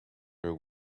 her